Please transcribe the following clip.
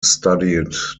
studied